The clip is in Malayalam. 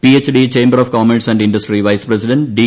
PhD chamber of commerce and industry vice president D